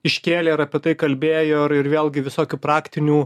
iškėlė ir apie tai kalbėjo ir ir vėlgi visokių praktinių